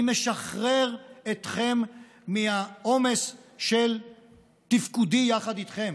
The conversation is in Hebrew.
אני משחרר אתכם מהעומס של תפקודי יחד איתכם,